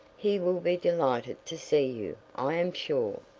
he will be delighted to see you, i am sure.